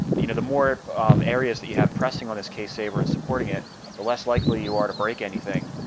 you know the more areas that you have pressing on this case saver and supporting it the less likely you are to break anything.